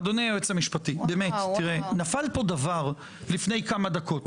אדוני היועץ המשפטי, נפל פה דבר לפני כמה דקות.